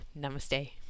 namaste